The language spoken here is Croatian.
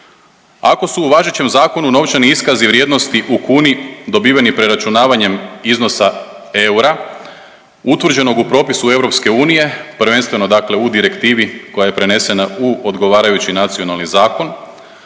ako su u važećem zakonu novčani iskazi vrijednosti u kuni dobiveni preračunavanjem iznosa eura utvrđenog u propisu EU, prvenstveno dakle u direktivi koja je prenesena u odgovarajući nacionalni zakon,